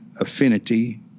affinity